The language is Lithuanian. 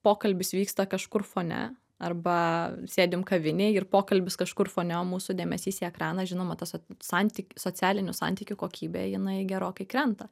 pokalbis vyksta kažkur fone arba sėdim kavinėj ir pokalbis kažkur fone o mūsų dėmesys į ekraną žinoma tas vat santyk socialinių santykių kokybė jinai gerokai krenta